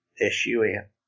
S-U-N